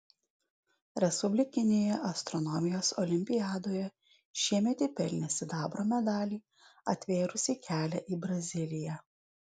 respublikinėje astronomijos olimpiadoje šiemet ji pelnė sidabro medalį atvėrusį kelią į braziliją